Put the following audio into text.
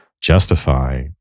justify